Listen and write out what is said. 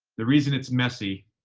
the reason it's messy,